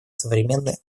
современные